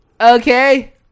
Okay